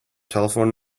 telephone